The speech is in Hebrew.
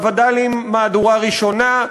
והווד"לים מהדורה ראשונה,